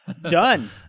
Done